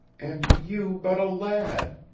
and you but a lad.